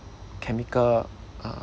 chemical uh